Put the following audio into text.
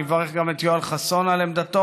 אני מברך גם את יואל חסון על עמדתו.